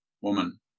woman